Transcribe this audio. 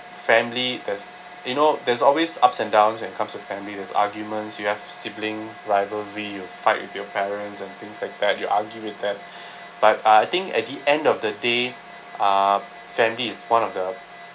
family there's you know there's always ups and downs that comes with families there's arguments you have sibling rivalry you fight with your parents and things like that you argue with that but uh I think at the end of the day uh family is one of the